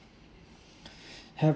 have